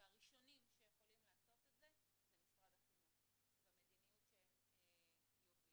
והראשונים שיכולים לעשות את זה זה משרד החינוך במדיניות שהם יובילו.